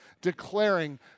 declaring